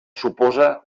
suposa